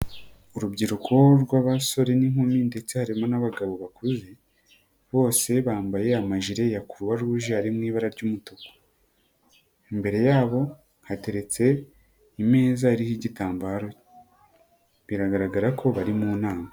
Urubyiruko rw'abasore n'inkumi ndetse harimo n'abagabo bakuze bose bambaye amajire ya Croix Rouge ari mu ibara ry'umutuku, imbere yabo hateretse imeza iriho igitambaro biragaragara ko bari mu nama.